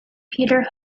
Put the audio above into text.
peter